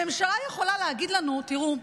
הממשלה יכולה להגיד לנו: תראו,